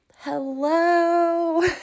Hello